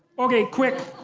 okay, quick.